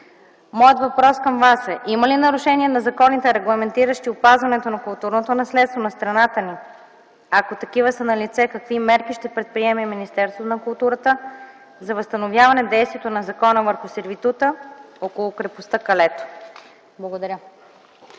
моят въпрос към Вас е: има ли нарушение на законите, регламентиращи опазването на културното наследство на страната ни? Ако такива са налице, какви мерки ще предприеме Министерството на културата за възстановяване на действието на закона върху сервитута около крепостта „Калето”? Благодаря.